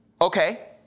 Okay